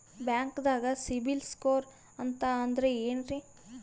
ಬ್ಯಾಂಕ್ದಾಗ CIBIL score ಅಂತ ಅಂದ್ರೆ ಏನ್ರೀ?